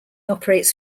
operates